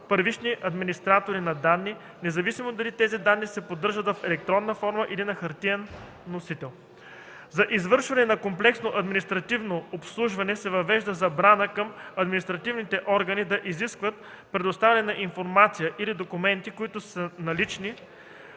първични администратори на данни, независимо дали тази данни се поддържат в електронна форма или на хартиен носител. За извършване на комплексно административно обслужване се въвежда забрана към административните органи да изискват предоставяне на информация или документи, които са налични